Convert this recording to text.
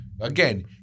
Again